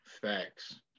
facts